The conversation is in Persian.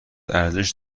ارزش